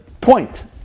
point